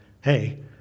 hey